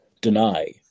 deny